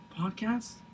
podcast